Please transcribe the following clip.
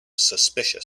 suspicious